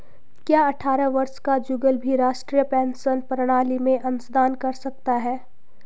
क्या अट्ठारह वर्ष का जुगल भी राष्ट्रीय पेंशन प्रणाली में अंशदान कर सकता है?